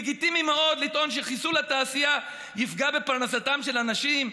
לגיטימי מאוד לטעון שחיסול התעשייה יפגע בפרנסתם של אנשים,